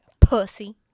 Pussy